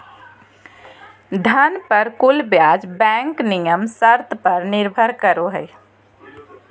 धन पर कुल ब्याज बैंक नियम शर्त पर निर्भर करो हइ